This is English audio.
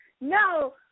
no